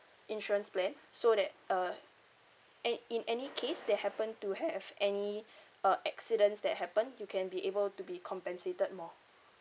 insurance plan so that uh an~ in any case that happen to have any uh accidents that happen you can be able to be compensated more